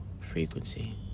frequency